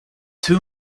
two